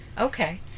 Okay